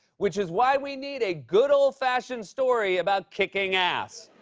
which is why we need a good old-fashioned story about kicking ass.